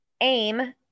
aim